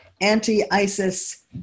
anti-ISIS